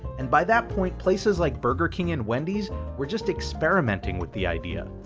and by that point places like burger king and wendy's were just experimenting with the idea.